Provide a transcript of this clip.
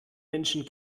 menschen